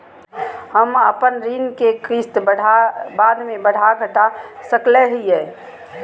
हम अपन ऋण के किस्त बाद में बढ़ा घटा सकई हियइ?